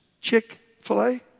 Chick-fil-A